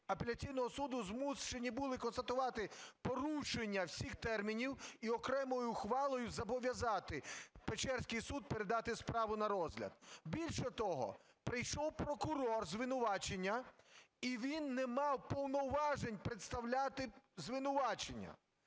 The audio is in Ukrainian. апеляційного суду змушені були констатувати порушення всіх термінів і окремою ухвалою зобов'язати Печерський суд передати справу на розгляд. Більше того, прийшов прокурор звинувачення і він не мав повноважень представляти звинувачення.